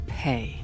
pay